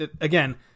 Again